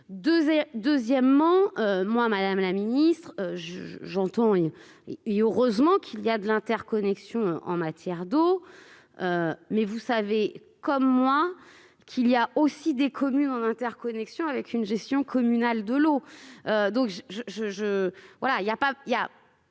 concerné. Madame la ministre, heureusement qu'il y a des interconnexions en matière d'eau, mais vous savez comme moi qu'il existe des communes en interconnexion avec une gestion communale de l'eau.